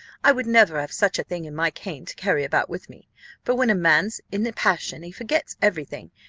i would never have such a thing in my cane to carry about with me for when a man's in a passion he forgets every thing,